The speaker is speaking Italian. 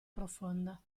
profonda